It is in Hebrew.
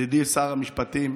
ידידי שר המשפטים,